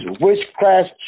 witchcraft